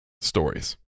stories